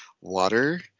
water